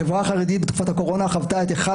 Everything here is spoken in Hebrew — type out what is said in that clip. החברה החרדית בתקופת הקורונה חוותה את אחת